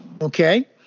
okay